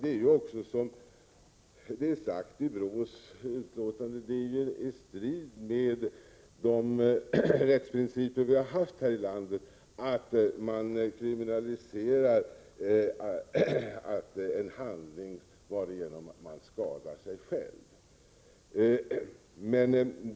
Det står också, som det är sagt i BRÅ: s utlåtande, istrid med de rättsprinciper vi har haft här i landet att kriminalisera handling varigenom man skadar sig själv.